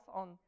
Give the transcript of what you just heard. on